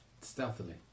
Stealthily